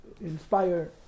inspire